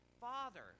father